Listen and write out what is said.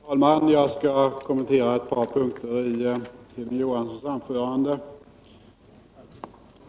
Herr talman! Jag skall kommentera ett par punkter i Hilding Johanssons anförande.